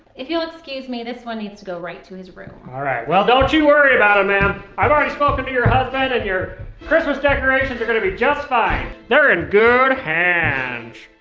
if you'll excuse me this one needs to go right to his room. all right well, don't you worry about it ma'am? i've already spoken to your husband and your christmas decorations are gonna be just fine they're in good hands